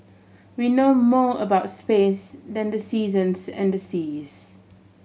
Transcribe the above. we know more about space than the seasons and the seas